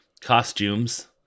costumes